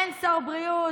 אין שר בריאות.